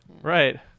Right